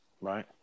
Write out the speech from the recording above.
right